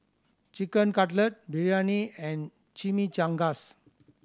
Chicken Cutlet Biryani and Chimichangas